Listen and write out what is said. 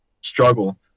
struggle